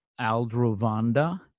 Aldrovanda